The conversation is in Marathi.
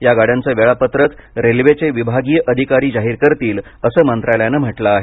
या गाड्यांचं वेळापत्रक रेल्वेचे विभागीय अधिकारी जाहीर करतील असं मंत्रालयानं म्हटलं आहे